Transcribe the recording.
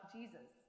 Jesus